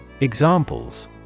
Examples